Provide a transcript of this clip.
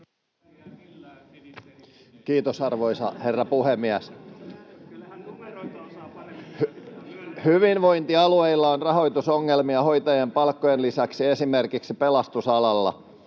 Kiitos, arvoisa herra puhemies! Hyvinvointialueilla on rahoitusongelmia hoitajien palkkojen lisäksi, esimerkiksi pelastusalalla.